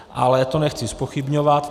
Ale to nechci zpochybňovat.